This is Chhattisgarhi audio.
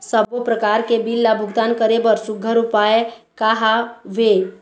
सबों प्रकार के बिल ला भुगतान करे बर सुघ्घर उपाय का हा वे?